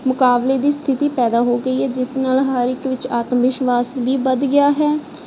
ਮੁਕਾਬਲੇ ਦੀ ਸਥਿਤੀ ਪੈਦਾ ਹੋ ਗਈ ਹੈ ਜਿਸ ਨਾਲ ਹਰ ਇੱਕ ਵਿੱਚ ਆਤਮ ਵਿਸ਼ਵਾਸ ਵੀ ਵਧ ਗਿਆ ਹੈ